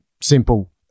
simple